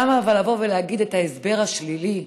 למה לבוא ולהגיד את ההסבר השלילי.